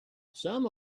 some